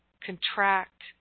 contract